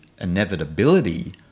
inevitability